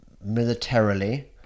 militarily